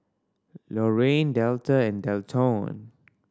Lorrayne Delta and Delton